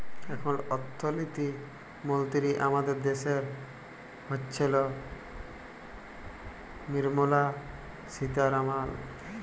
এখল অথ্থলিতি মলতিরি আমাদের দ্যাশের হচ্ছেল লির্মলা সীতারামাল